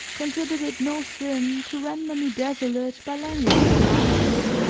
considered it no sin to render me desolate by languishing glances.